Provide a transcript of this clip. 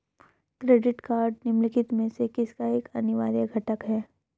Credit card निम्नलिखित में से किसका एक अनिवार्य घटक है?